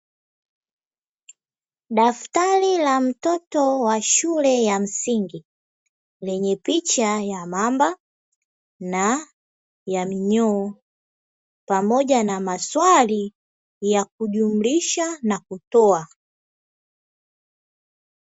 Daftari la mtoto wa shule ya msingi lenye picha ya Mamba na ya minyoo pamoja na maswali ya kujumlisha na kutoa.